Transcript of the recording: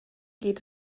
geht